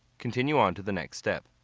continue on to the next step.